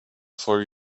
for